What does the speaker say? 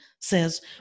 says